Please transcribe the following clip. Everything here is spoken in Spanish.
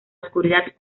oscuridad